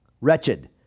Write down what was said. Wretched